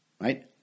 right